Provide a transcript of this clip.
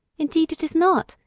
indeed it is not,